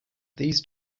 these